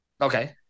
Okay